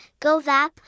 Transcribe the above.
Govap